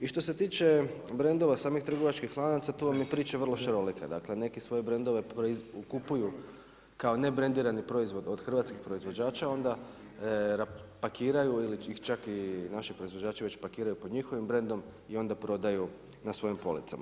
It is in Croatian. I što se tiče brendova samih trgovačkih lanaca tu vam je priča vrlo šarolika, dakle neki svoje brendove kupuju kao ne brendiran proizvod od hrvatskih proizvođača onda pakiraju ili ih čak i naši proizvođači već pakiraju pod njihovim brendom i onda prodaju na svojim policama.